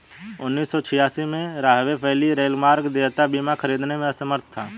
उन्नीस सौ छियासी में, राहवे वैली रेलमार्ग देयता बीमा खरीदने में असमर्थ था